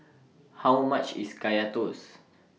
How much IS Kaya Toast